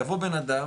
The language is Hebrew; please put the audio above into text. יבוא בן אדם